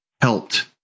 helped